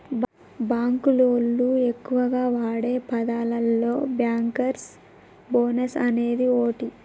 బాంకులోళ్లు ఎక్కువగా వాడే పదాలలో బ్యాంకర్స్ బోనస్ అనేది ఓటి